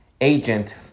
agent